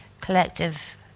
collective